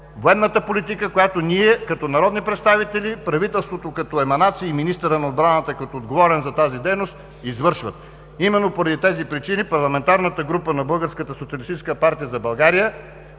военната политика, която ние, като народни представители, правителството, като еманация, и министърът на отбраната, като отговорен за тази дейност, извършват. Именно поради тези причини Парламентарната група на „Българската